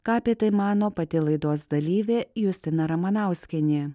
ką apie tai mano pati laidos dalyvė justina ramanauskienė